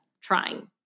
trying